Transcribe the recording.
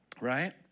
right